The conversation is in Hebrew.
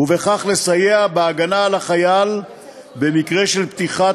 ובכך לסייע בהגנה על החייל במקרה של פתיחת